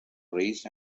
raised